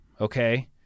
okay